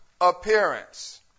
appearance